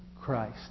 Christ